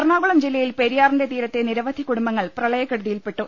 എറണാകുളം ജില്ലയിൽ പെരിയാറിന്റെ തീരത്തെ നിരവധി കുടുംബങ്ങൾ പ്രള യ ക്കെടു തിയിൽപെട്ടു